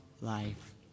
life